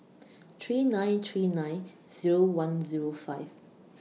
three nine three nine Zero one Zero five